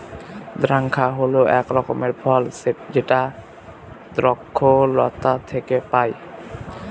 দ্রাক্ষা হল এক রকমের ফল যেটা দ্রক্ষলতা থেকে পায়